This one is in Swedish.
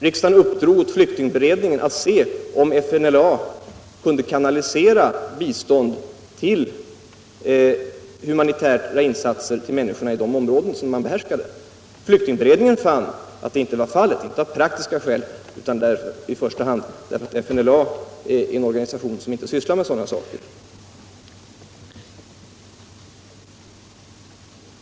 Riksdagen uppdrog åt flyktingberedningen att se om FNLÅA kunde kanalisera bistånd för humanitära insatser vill människorna i de områden som man be Internationellt utvecklingssamar härskade. Flyktingberedningen fann att så inte var fallet — inte av prak tiska skäl utan i första hand därför att FNÅLA är en organisation som inte sysslar med sådana saker.